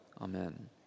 Amen